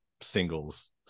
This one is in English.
singles